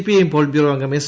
I M polit bureau അംഗം S